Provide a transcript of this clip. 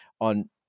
on